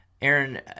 Aaron